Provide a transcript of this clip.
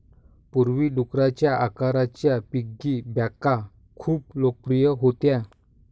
पूर्वी, डुकराच्या आकाराच्या पिगी बँका खूप लोकप्रिय होत्या